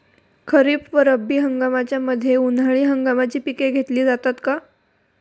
खरीप व रब्बी हंगामाच्या मध्ये उन्हाळी हंगामाची पिके घेतली जातात का?